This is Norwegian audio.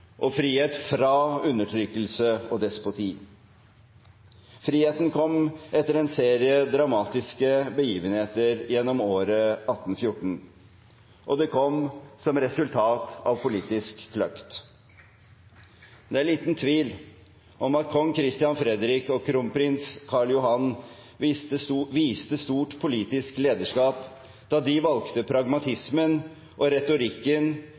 og frihet fra undertrykkelse og despoti. Friheten kom etter en serie dramatiske begivenheter gjennom året 1814, og den kom som et resultat av politisk kløkt. Det er liten tvil om at kong Christian Fredrik og kronprins Carl Johan viste stort politisk lederskap da de valgte pragmatismen og retorikken